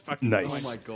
Nice